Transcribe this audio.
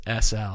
SL